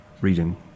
reading